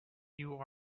you